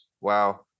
Wow